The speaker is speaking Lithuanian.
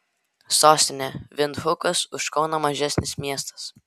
sostinė vindhukas už kauną mažesnis miestas